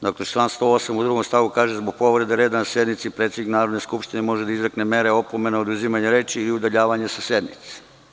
Dakle, član 108. u drugom stavu kaže – zbog povrede reda na sednici predsednik Narodne skupštine može da izrekne mere opomene oduzimanja reči i udaljavanja sa sednice.